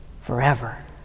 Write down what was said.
forever